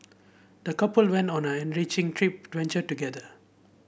the couple went on an enriching trip adventure together